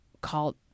called